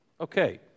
Okay